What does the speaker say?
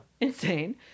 insane